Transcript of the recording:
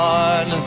on